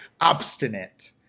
obstinate